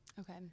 Okay